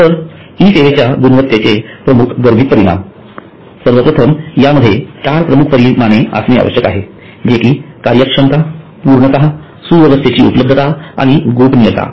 तर ई सेवेच्या गुणवत्तेचे प्रमुख गर्भित परिमाण सर्वप्रथम यामध्ये चार प्रमुख परिमाणे असणे आवश्यक आहे जे कि कार्यक्षमता पूर्तता सुव्यवस्थेची उपलब्धता आणि गोपनीयता